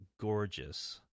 gorgeous